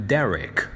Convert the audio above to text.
Derek